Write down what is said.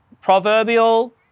proverbial